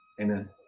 Amen